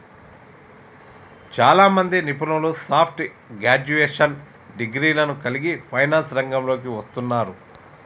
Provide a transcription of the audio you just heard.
చాలామంది నిపుణులు soft graduation డిగ్రీలను కలిగి ఫైనాన్స్ రంగంలోకి వస్తున్నారు